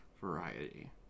variety